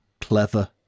clever